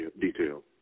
detail